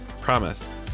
Promise